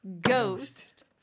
Ghost